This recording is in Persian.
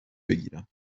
بگیرم